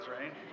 right